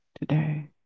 today